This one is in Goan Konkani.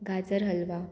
गाजर हलवा